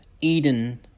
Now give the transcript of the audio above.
Eden